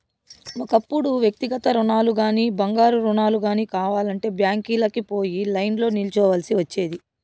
ఒకప్పుడు వ్యక్తిగత రుణాలుగానీ, బంగారు రుణాలు గానీ కావాలంటే బ్యాంకీలకి పోయి లైన్లో నిల్చోవల్సి ఒచ్చేది